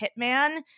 hitman